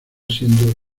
siendo